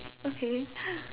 okay